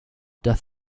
death